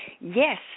Yes